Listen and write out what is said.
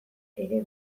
ere